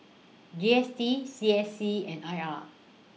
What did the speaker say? G S T C S C and I R